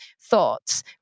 thoughts